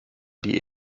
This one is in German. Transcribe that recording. die